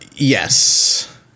Yes